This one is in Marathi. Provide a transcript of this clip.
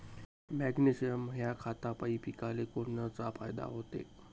मॅग्नेशयम ह्या खतापायी पिकाले कोनचा फायदा होते?